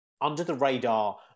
under-the-radar